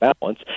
balance